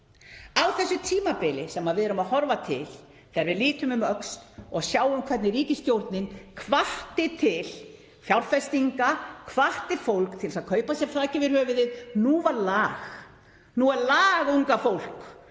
Á þessu tímabili sem við erum að horfa til þegar við lítum um öxl og sjáum hvernig ríkisstjórnin hvatti til fjárfestinga, hvatti fólk til að kaupa sér þak yfir höfuðið — nú var lag. Nú er lag, unga fólk.